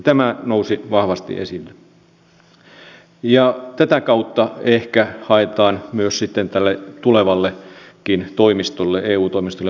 tämä nousi vahvasti esille ja tätä kautta ehkä haetaan sitten tälle tulevallekin eu toimistolle mahdollisuuksia